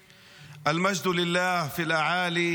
היושב-ראש,